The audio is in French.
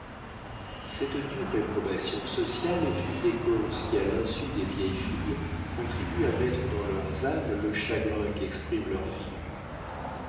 cette dure réprobation sociale est une des causes qui à l'insu des vieilles filles contribuent à mettre dans leurs âmes le chagrin qu'expriment leurs figures